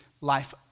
life